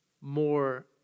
more